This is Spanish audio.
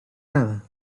nada